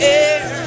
air